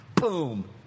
Boom